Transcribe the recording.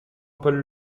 paul